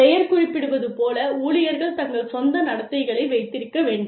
பெயர் குறிப்பிடுவது போல ஊழியர்கள் தங்கள் சொந்த நடத்தைகளை வைத்திருக்க வேண்டும்